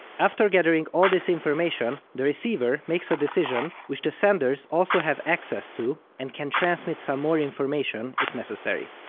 after gathering all this information, the receiver makes a decision, which the senders also have access to, and can transmit some more information if necessary.